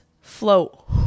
Float